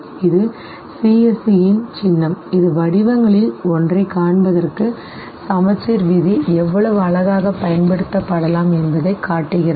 இது CSCன் சின்னம் இது வடிவங்களில் ஒன்றைக் காண்பதற்கு சமச்சீர் விதி எவ்வளவு அழகாகப் பயன்படுத்தப்படலாம் என்பதைக் காட்டுகிறது